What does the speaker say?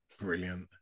Brilliant